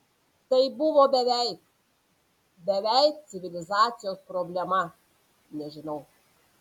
tai buvo beveik beveik civilizacijos problema nežinau